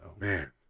Man